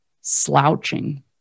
slouching